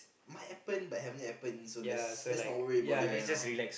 might happen might have happened so let's let's not worry about it right now